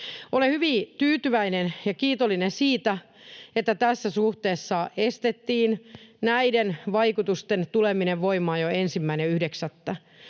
Olen hyvin tyytyväinen ja kiitollinen siitä, että tässä suhteessa estettiin näiden vaikutusten tuleminen voimaan jo 1.9.